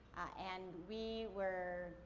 and, we were,